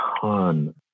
ton